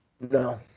no